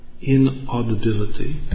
inaudibility